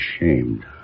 ashamed